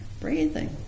breathing